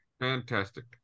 fantastic